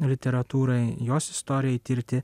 literatūrai jos istorijai tirti